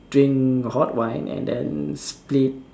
drink hot wine and then split